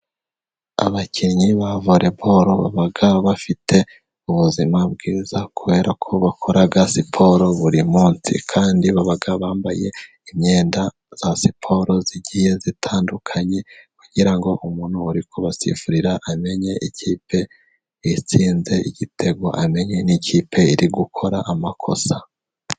Abakinnyi ba volebolo baba bafite ubuzima bwiza kuberako bakora siporo buri munsi, kandi baba bambaye imyenda ya siporo igiye itandukanye kugira ngo umuntu uri kubasifurira amenye ikipe itsinze igitego, amenye n'ikipe iri gukora amakosa.